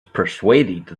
persuaded